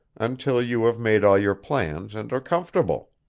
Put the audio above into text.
until you have made all your plans and are comfortable.